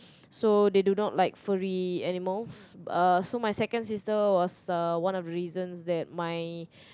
so they do not like furry animals uh so my second sister was uh one of the reasons that my